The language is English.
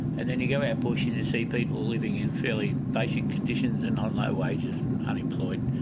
and then you go out bush and you see people living in fairly basic conditions and on low wages and unemployed.